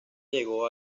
llegó